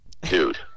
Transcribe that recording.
Dude